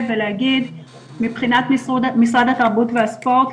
ולהגיד שמבחינת משרד התרבות והספורט,